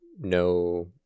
No